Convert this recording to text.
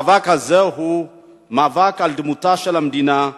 המאבק הזה הוא מאבק על דמותה של המדינה,